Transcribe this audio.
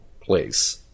place